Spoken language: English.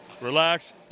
relax